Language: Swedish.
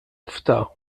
ofta